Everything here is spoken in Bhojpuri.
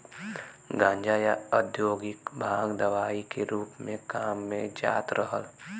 गांजा, या औद्योगिक भांग दवाई के रूप में काम में जात रहल